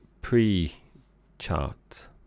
pre-chart